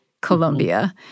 Colombia